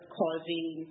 causing